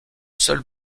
seul